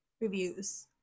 reviews